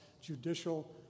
judicial